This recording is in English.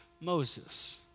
Moses